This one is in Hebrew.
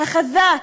החזק,